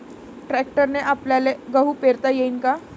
ट्रॅक्टरने आपल्याले गहू पेरता येईन का?